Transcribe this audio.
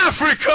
Africa